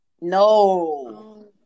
No